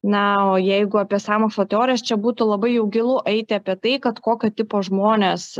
na o jeigu apie sąmokslo teorijas čia būtų labai jau gilu eiti apie tai kad kokio tipo žmonės